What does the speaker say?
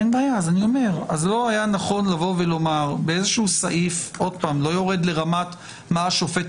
לא היה נכון לומר באיזשהו סעיף אני לא יורד לרמת מה השופט